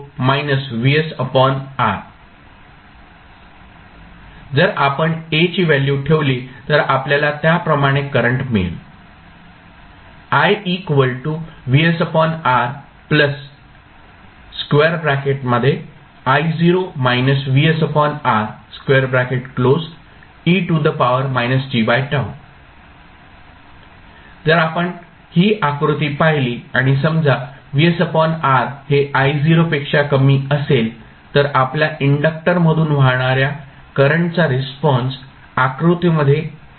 तर जर आपण A ची व्हॅल्यू ठेवली तर आपल्याला त्याप्रमाणे करंट मिळेल जर आपण ही आकृती पाहिली आणि समजा हे I0 पेक्षा कमी असेल तर आपल्या इंडक्टर मधून वाहणाऱ्या करंटचा रिस्पॉन्स आकृतीमध्ये दाखवल्याप्रमाणे होईल